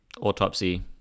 Autopsy